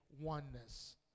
oneness